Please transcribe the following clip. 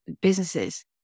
businesses